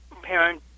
parent